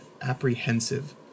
apprehensive